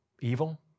evil